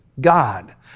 God